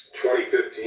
2015